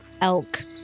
elk